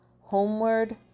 homeward